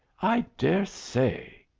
i dare say?